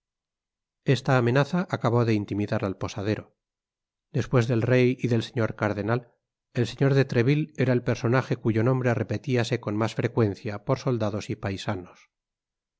esta amenaza acabó de intimidar al posadero despues del rey y del señor cardenal el señor de treville era el personaje cuyo nombre repetíase con mas frecuencia por soldados y paisanos